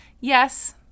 Yes